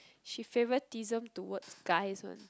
she favoritism towards guys one